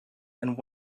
and